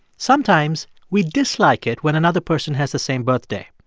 sometimes we dislike it when another person has the same birthday.